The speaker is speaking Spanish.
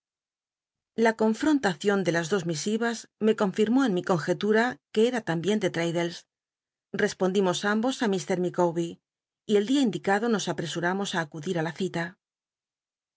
la confrontacion de las dos misivas me confimó en mi conjetura que era tambien de traddles espondimos ambos i m liicawbet y el dia indicado nos apcsuamos i acudil ü la cila